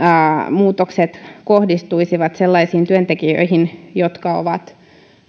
muutokset kohdistuisivat sellaisiin työntekijöihin jotka ovat